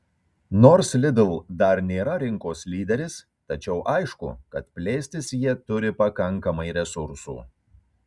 nors lidl dar nėra rinkos lyderis tačiau aišku kad plėstis jie turi pakankamai resursų